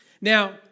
Now